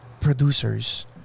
producers